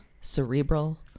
cerebral